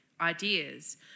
ideas